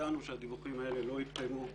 מצאנו שהדיווחים הללו לא התקיימו.